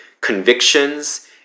convictions